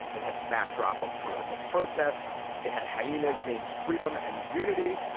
it had the backdrop of political protests it had hyenas named freedom and unity.